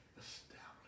established